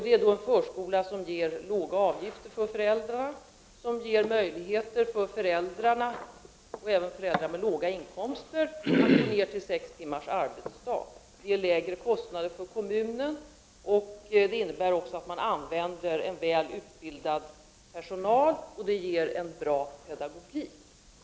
Det är en förskola med låga avgifter för föräldrar, vilket ger möjligheter för föräldrarna, även för föräldrar med låga inkomster, att gå ned till sex timmars arbetsdag. Det blir också lägre kostnader för kommunen, vilket innebär att man kan använda en väl utbildad personal och kan få en bra pedagogik.